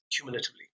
cumulatively